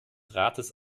rates